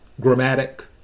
grammatic